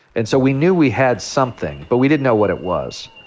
and so we knew we had something, but we didn't know what it was.